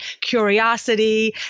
curiosity